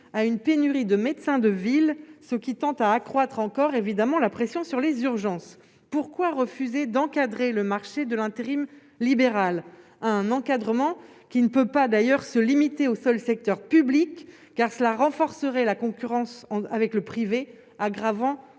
à une pénurie de médecins de ville, ce qui tend à accroître encore évidemment la pression sur les urgences, pourquoi refusez d'encadrer le marché de l'intérim libéral un encadrement qui ne peut pas, d'ailleurs se limiter au seul secteur public car cela renforcerait la concurrence avec le privé, aggravant